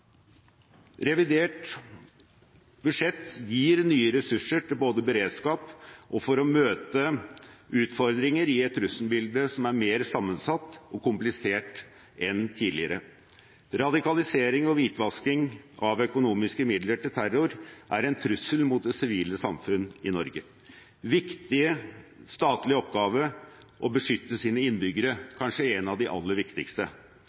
Revidert budsjett gir nye ressurser både til beredskap og for å møte utfordringer i et trusselbilde som er mer sammensatt og mer komplisert enn tidligere. Radikalisering og hvitvasking av økonomiske midler til terror er en trussel mot det sivile samfunn i Norge. Det er en viktig statlig oppgave å beskytte sine innbyggere – kanskje en av de aller viktigste.